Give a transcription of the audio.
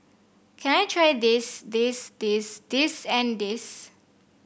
can I try this this this this and this